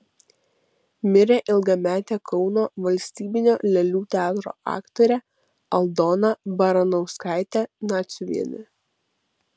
mirė ilgametė kauno valstybinio lėlių teatro aktorė aldona baranauskaitė naciuvienė